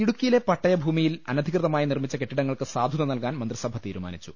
ഇടുക്കിയിലെ പട്ടയ് ഭൂമിയിൽ അനധികൃതമായി നിർമിച്ച കെട്ടിടങ്ങൾക്ക് സാധുത നൽകാൻ മന്ത്രിസഭ തീരുമാനിച്ചു